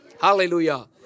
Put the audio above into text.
Hallelujah